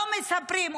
לא מספרים.